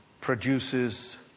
produces